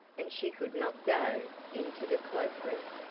and she could not go into the cloak room.